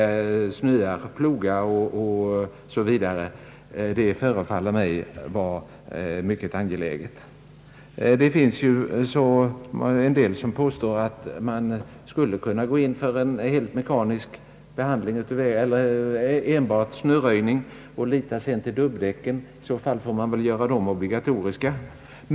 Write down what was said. Ordentlig plogning förefaller mig vara något mycket angeläget. Det finns personer som påstår att man skulle kunna gå in för enbart snöröjning och sedan lita till dubbdäcken, som väl i så fall måste göras obligatoriska.